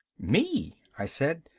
me, i said.